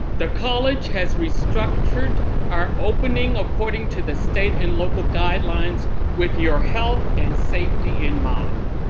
the college has restructured our opening according to the state and local guidelines with your health and safety in mind.